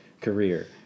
career